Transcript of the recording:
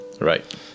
Right